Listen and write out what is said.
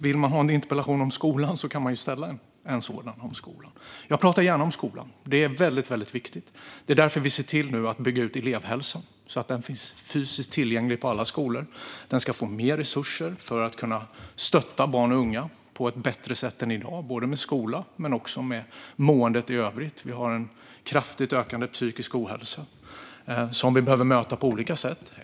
Vill man ha en interpellationsdebatt om skolan kan man ställa en interpellation om skolan. Jag pratar gärna om skolan. Det är väldigt viktigt. Därför ser vi nu till att bygga ut elevhälsan så att den finns fysiskt tillgänglig på alla skolor. Den ska få mer resurser för att kunna stötta barn och unga på ett bättre sätt än i dag, både med skolan och med måendet i övrigt. Vi har en kraftigt ökande psykisk ohälsa som vi behöver möta på olika sätt.